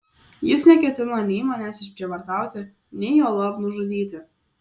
jis neketino nei manęs išprievartauti nei juolab nužudyti